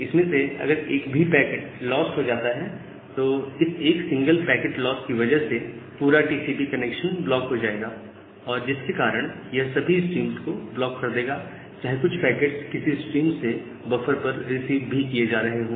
इसमें से अगर एक भी पैकेट लॉस्ट हो जाता है तो इस एक सिंगल पैकेट लॉस्ट की वजह से पूरा टीसीपी कनेक्शन ब्लॉक हो जाएगा और जिसके कारण यह सभी स्ट्रीम्स को ब्लॉक कर देगा चाहे कुछ पैकेट्स किसी स्ट्रीम से बफर पर रिसीव भी किए जा रहे हो